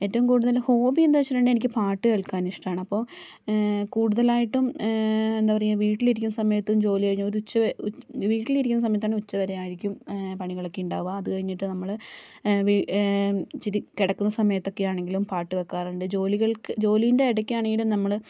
ഏറ്റവും കൂടുതൽ ഹോബി എന്താ വെച്ചിട്ടുണ്ടെങ്കിൽ എനിക്ക് പാട്ട് കേൾക്കാൻ ഇഷ്ടമാണ് അപ്പോൾ കൂടുതലായിട്ടും എന്താ പറയുക വീട്ടിലിരിക്കുന്ന സമയത്തും ജോലികഴിഞ്ഞ് ഒരു ഉച്ച വരെ വീട്ടിൽ ഇരിക്കുന്ന സമയത്താണ് ഉച്ചവരെ ആയിരിക്കും പണികളൊക്കെ ഉണ്ടാവുക അത് കഴിഞ്ഞിട്ട് നമ്മൾ വീ ഇച്ചിരി കിടക്കുന്ന സമയത്തൊക്കെ ആണെങ്കിലും പാട്ട് വെക്കാറുണ്ട് ജോലികൾക്ക് ജോലിയുടെ ഇടയ്ക്ക് ആണെങ്കിലും നമ്മൾ